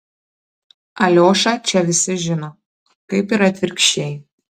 aliošą čia visi žino kaip ir atvirkščiai